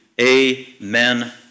Amen